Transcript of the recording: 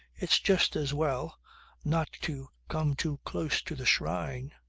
it's just as well not to come too close to the shrine.